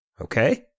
Okay